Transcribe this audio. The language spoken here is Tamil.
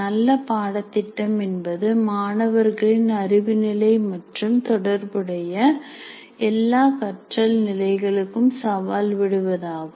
நல்ல பாடத் திட்டம் என்பது மாணவர்களின் அறிவு நிலை மற்றும் தொடர்புடைய எல்லா கற்றல் நிலைகளுக்கும் சவால் விடுவதாகும்